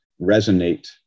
resonate